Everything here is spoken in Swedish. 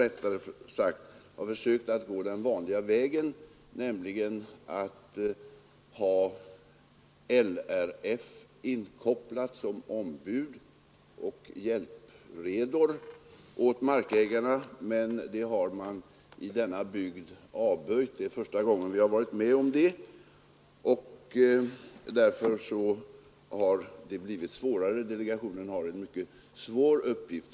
Delegationen har försökt gå den vanliga vägen, nämligen att ha LRF inkopplad som ombud och hjälpreda åt markägarna, men det har man i denna bygd avböjt — det är första gången vi har varit med om det — och därför har delegationen en mycket svår uppgift.